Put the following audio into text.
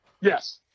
Yes